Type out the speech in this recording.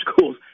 schools